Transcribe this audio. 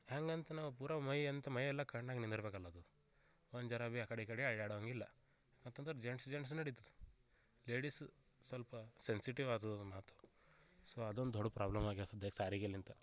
ಹ್ಯಾಂಗಂತ ನಾವು ಪೂರ ಮೈಯಂಥ ಮೈಯೆಲ್ಲ ಕಣ್ಣಾಗಿ ನಿಂದಿರ್ಬೇಕು ಅನ್ನೋದು ಒಂದು ಜರ ಬಿ ಆ ಕಡೆ ಈ ಕಡೆ ಅಲ್ಲಾಡುವಂಗೆ ಇಲ್ಲ ಯಾಕಂದ್ರೆ ಜಂಟ್ಸ್ ಜಂಟ್ಸ್ ನಡಿತದೆ ಲೇಡೀಸ್ ಸ್ವಲ್ಪ ಸೆನ್ಸಿಟೀವ್ ಆದು ಮಾತು ಸೊ ಅದೊಂದು ದೊಡ್ಡ ಪ್ರಾಬ್ಲಮ್ ಆಗ್ಯದೆ ಸಧ್ಯಕ್ಕೆ ಸಾರಿಗೆಲಿಂತ